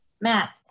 Matt